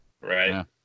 Right